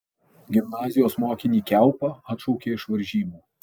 gimnazijos mokinį kiaupą atšaukė iš varžybų